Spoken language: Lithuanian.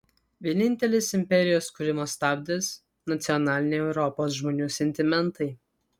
vienintelis imperijos kūrimo stabdis nacionaliniai europos žmonių sentimentai